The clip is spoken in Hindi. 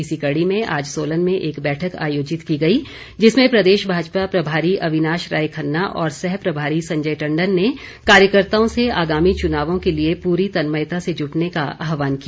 इसी कड़ी में आज सोलन में एक बैठक आयोजित की गई जिसमें प्रदेश भाजपा प्रभारी अविनाश राय खन्ना और सह प्रभारी संजय टंडन ने कार्यकर्ताओं से आगामी चुनावों के लिए पूरी तन्मयता से जुटने का आह्वान किया